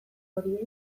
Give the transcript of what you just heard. horiek